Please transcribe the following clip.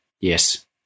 Yes